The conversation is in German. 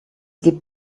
gibt